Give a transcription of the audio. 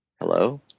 hello